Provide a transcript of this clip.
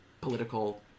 political